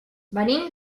venim